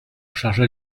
chargea